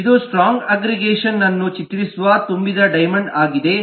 ಇದು ಸ್ಟ್ರಾಂಗ್ ಅಗ್ಗ್ರಿಗೇಷನ್ನನ್ನು ಚಿತ್ರಿಸುವ ತುಂಬಿದ ಡೈಮೆಂಡ್ ಆಗಿದೆ